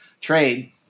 trade